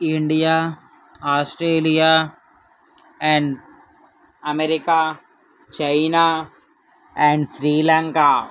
India Australia and America China and Sri Lanka